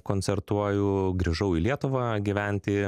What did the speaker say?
koncertuoju grįžau į lietuvą gyventi